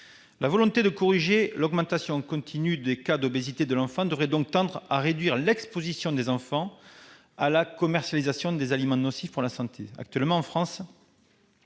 La volonté de corriger l'augmentation continue des cas d'obésité de l'enfant devrait donc tendre à réduire l'exposition des enfants à la commercialisation des aliments nocifs pour la santé. Actuellement, la France